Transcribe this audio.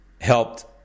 helped